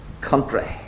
country